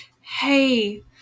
Hey